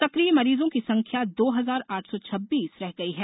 सक्रिय मरीजों की संख्या दो हजार आठ सौ छब्बीस रह गई है